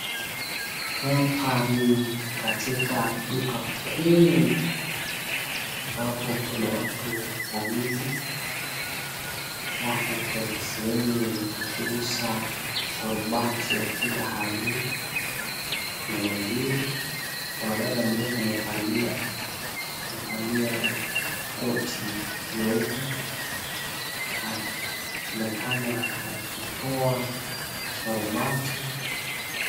Hapa ni katika duka kuu ambapo kuna watu wawili wako kwenye sehemu ya kuuza sharubati ya kila aina. Kuna maziwa kuna dada mmoja amevalia koti nyeupe akionekana akitoa sharubati.